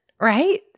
right